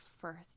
first